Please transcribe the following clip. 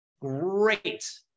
great